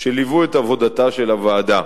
ליוו את עבודתה של ועדת-טירקל.